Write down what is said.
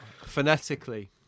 Phonetically